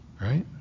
right